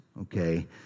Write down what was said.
Okay